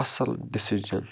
اَصٕل ڈِسیٖجَن